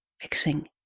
fixing